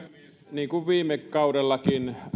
niin kuin viime kaudellakin